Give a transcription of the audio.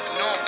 no